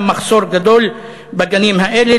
יש מחסור גדול בגנים האלה,